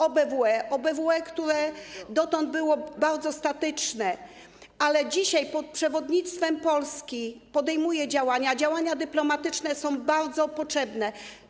OBWE dotąd było bardzo statyczne, ale dzisiaj, pod przewodnictwem Polski, podejmuje działania, a działania dyplomatyczne są bardzo potrzebne.